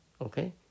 Okay